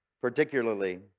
particularly